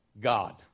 God